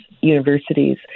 universities